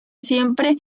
siempre